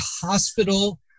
hospital